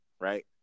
right